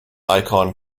icon